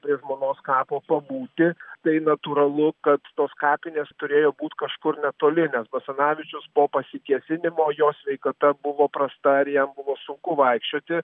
prie žmonos kapo pabūti tai natūralu kad tos kapinės turėjo būti kažkur netoli nes basanavičius po pasikėsinimo jo sveikata buvo prasta ir jam buvo sunku vaikščioti